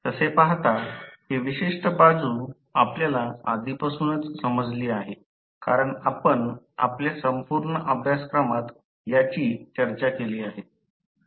तसे पाहता ही विशिष्ट बाजू आपल्याला आधीपासूनच समजली आहे कारण आपण आपल्या संपूर्ण अभ्यासक्रमात याची चर्चा केली आहे